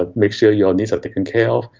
ah make sure your needs are taken care of,